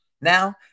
Now